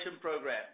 program